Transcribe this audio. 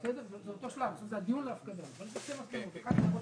לחוק העיקרי שקובע שאם בסוף הליך תכנון מסתבר שהבית